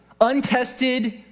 untested